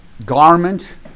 Garment